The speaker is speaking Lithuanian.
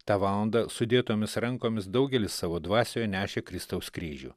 tą valandą sudėtomis rankomis daugelis savo dvasioje nešė kristaus kryžių